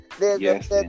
yes